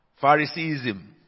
Phariseeism